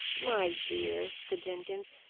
my dear, said jenkins,